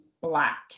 black